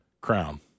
crown